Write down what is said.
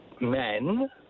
men